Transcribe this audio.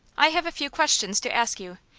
i have a few questions to ask you,